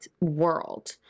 world